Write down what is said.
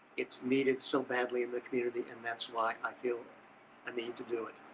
it's needed so badly in the community and that's why i feel i need to do it.